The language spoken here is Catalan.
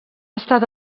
estat